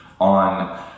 on